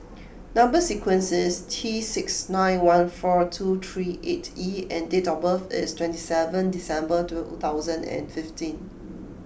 number sequence is T six nine one four two three eight E and date of birth is twenty seven December two thousand and fifteen